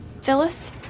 Phyllis